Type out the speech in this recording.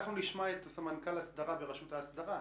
שנשמע את סמנכ"ל ההסדרה ברשות ההסדרה.